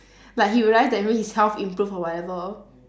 like he realise that maybe his health improve or whatever